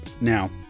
Now